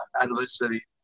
anniversary